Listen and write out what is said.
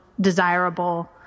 desirable